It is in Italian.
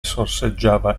sorseggiava